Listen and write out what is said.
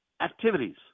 activities